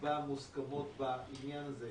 תקבע מוסכמות בעניין הזה.